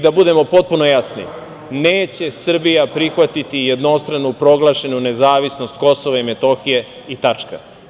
Da budemo potpuno jasni, neće Srbija prihvatiti jednostrano proglašenu nezavisnost Kosova i Metohije i tačka.